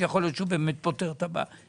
שיכול להיות שהוא באמת פותר את הבעיה.